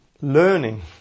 learning